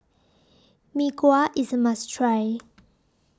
Mee Kuah IS A must Try